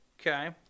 Okay